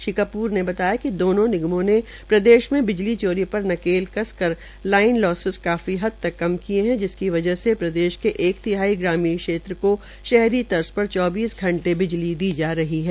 श्री कप्र ने बताया कि दोनों निगमों ने प्रदेशों में बिजली चोरी पर नकेल कस कर लाइन लोसिस काफी हद तक कम किये है जिसकी वजह से प्रदेश के एक तिहाई ग्रामीण क्षेत्र को शहरी तर्ज पर चौबीस घंटे बिजली दी जा रही है